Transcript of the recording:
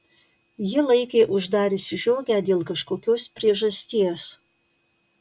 ji laikė uždariusi žiogę dėl kažkokios priežasties